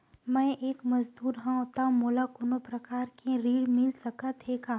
मैं एक मजदूर हंव त मोला कोनो प्रकार के ऋण मिल सकत हे का?